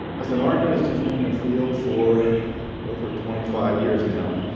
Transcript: as an archivist who's been in the field for over twenty five years now,